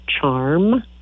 charm